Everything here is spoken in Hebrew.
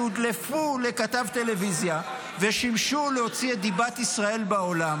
שהודלפו לכתב טלוויזיה ושימשו להוציא את דיבת ישראל בעולם?